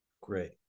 Great